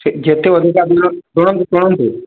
ଯେତେ ଅଧିକା ଦିନ ଶୁଣନ୍ତୁ ଶୁଣନ୍ତୁ